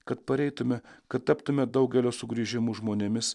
kad pareitume kad taptume daugelio sugrįžimų žmonėmis